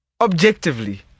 objectively